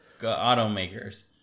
automakers